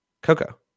Coco